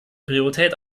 priorität